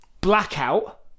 Blackout